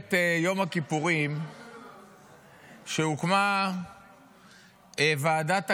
מלחמת יום הכיפורים כשהוקמה ועדת אגרנט,